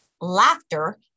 laughter